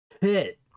hit